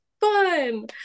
fun